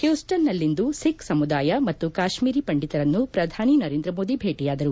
ಹ್ಯೂಸ್ಟನ್ನಲ್ಲಿಂದು ಸಿಖ್ ಸಮುದಾಯ ಮತ್ತು ಕಾಶ್ವೀರಿ ಪಚಿದಿತರನ್ನು ಪ್ರಧಾನಿ ನರೇಂದ್ರ ಮೋದಿ ಭೇಟಿಯಾದರು